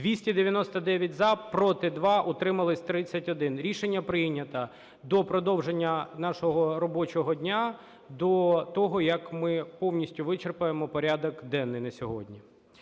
299 – за, проти – 2, утрималися – 31. Рішення прийнято. До продовження нашого робочого дня, до того, як ми повністю вичерпаємо порядок денний на сьогодні.